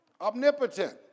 omnipotent